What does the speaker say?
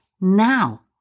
now